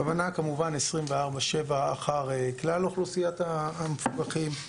הכוונה כמובן 24/7 אחר כלל אוכלוסיית המפוקחים.